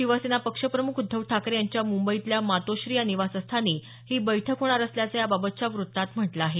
शिवसेना पक्षप्रमुख उद्धव ठाकरे यांच्या मुंबईतल्या मातोश्री या निवासस्थानी ही बैठक होणार असल्याचं याबाबतच्या वृत्तात म्हटलं आहे